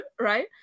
right